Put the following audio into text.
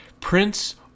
Prince